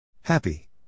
Happy